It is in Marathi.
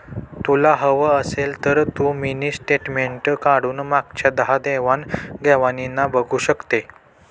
तुला हवं असेल तर तू मिनी स्टेटमेंट काढून मागच्या दहा देवाण घेवाणीना बघू शकते